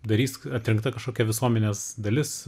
darys atrinkta kažkokia visuomenės dalis